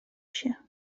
się